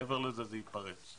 מעבר לזה זה ייפרץ.